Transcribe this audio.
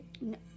No